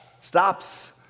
stops